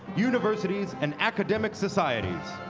universities and academic societies.